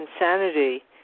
insanity